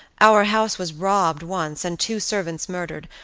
our house was robbed once, and two servants murdered,